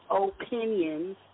opinions